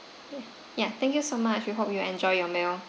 ya thank you so much we hope you enjoy your meal